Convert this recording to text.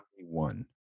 one